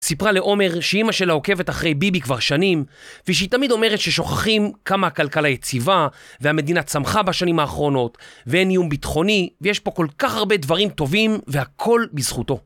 סיפרה לעומר שאימא שלה עוקבת אחרי ביבי כבר שנים ושהיא תמיד אומרת ששוכחים כמה הכלכלה יציבה והמדינה צמחה בשנים האחרונות ואין איום ביטחוני ויש פה כל כך הרבה דברים טובים והכל בזכותו